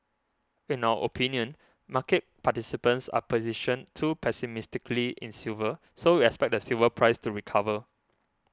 in our opinion market participants are positioned too pessimistically in silver so we expect the silver price to recover